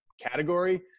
category